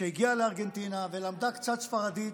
שהגיעה לארגנטינה ולמדה קצת ספרדית,